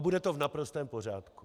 A bude to v naprostém pořádku.